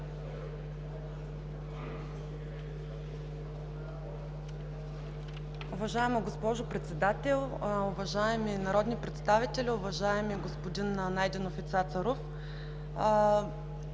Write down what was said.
Уважаема госпожо Председател, уважаеми народни представители! Уважаеми господин Найденов и Цацаров!